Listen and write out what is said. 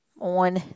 on